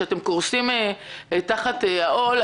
שאתם קורסים תחת העול.